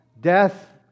Death